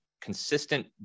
consistent